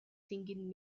singing